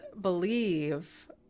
believe